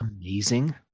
amazing